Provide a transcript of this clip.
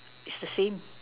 it's the same